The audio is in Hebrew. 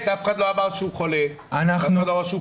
אף אחד לא אמר שהוא חולה או פגום,